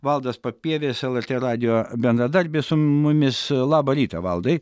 valdas papievis lrt radijo bendradarbis su mumis labą rytą valdai